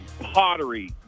pottery